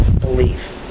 belief